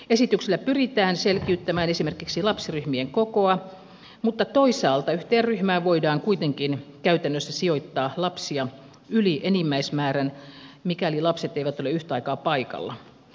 esityksellä pyritään selkiyttämään esimerkiksi lapsiryhmien kokoa mutta toisaalta yhteen ryhmään voidaan kuitenkin käytännössä sijoittaa lapsia yli enimmäismäärän mikäli lapset eivät ole yhtä aikaa paikalla